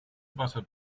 wasser